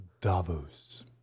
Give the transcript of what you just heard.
Davos